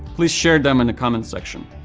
please share them in the comment section.